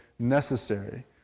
Necessary